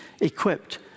equipped